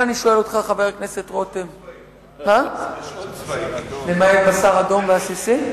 יש עוד צבעים, למעט בשר אדום ועסיסי?